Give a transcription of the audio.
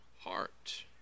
heart